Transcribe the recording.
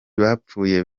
bapfuye